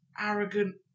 arrogant